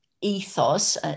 ethos